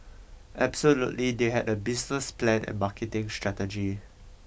absolutely they had a business plan and marketing strategy